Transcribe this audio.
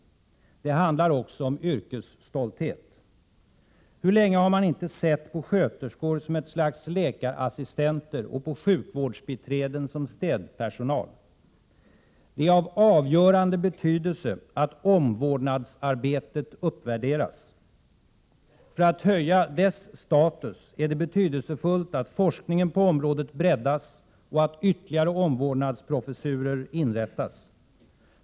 Det handlar också om yrkesstolthet. Hur länge har man inte sett på sköterskor som ett slags läkarassistenter och på sjukvårdsbiträden som städpersonal. Det är av avgörande betydelse att omvårdnadsarbetet uppvärderas. För att höja dess status är det betydelsefullt att forskningen på området breddas och att ytterligare omvårdnadsprofessurer inrättas.